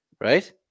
right